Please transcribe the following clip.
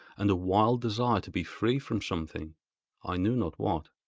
and a wild desire to be free from something i knew not what.